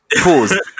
Pause